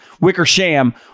Wickersham